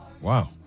Wow